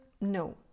no